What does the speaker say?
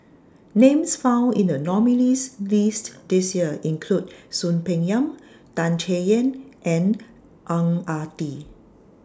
Names found in The nominees' list This Year include Soon Peng Yam Tan Chay Yan and Ang Ah Tee